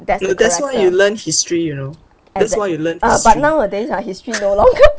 that's the character at the uh but nowadays ah history no longer